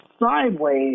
sideways